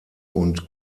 und